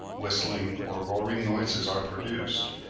whistling, or roaring noises are produced,